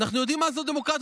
אנחנו יודעים מה זו דמוקרטיה,